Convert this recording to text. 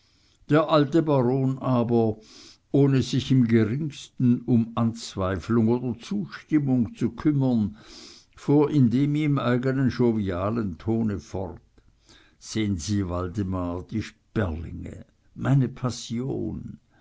der alte baron aber ohne sich im geringsten um anzweiflung oder zustimmung zu kümmern fuhr in dem ihm eigenen jovialen tone fort sehen sie waldemar die sperlinge meine passion